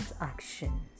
action